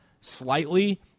slightly